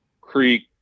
Creek